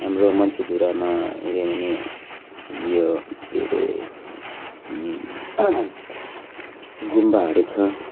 हाम्रो मन्सीधुरामा हेऱ्यो भने यो के अरे गुम्बाहरू छ